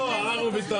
לא, אנחנו ויתרנו.